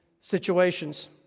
situations